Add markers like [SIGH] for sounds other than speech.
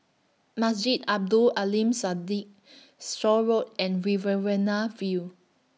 Masjid Abdul Aleem [UNINTELLIGIBLE] [NOISE] straw Road and Riverina View